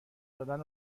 دادن